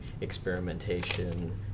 experimentation